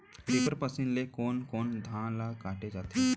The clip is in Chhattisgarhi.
रीपर मशीन ले कोन कोन धान ल काटे जाथे?